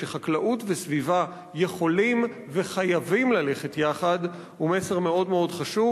שחקלאות וסביבה יכולות וחייבות ללכת יחד הוא מסר מאוד חשוב,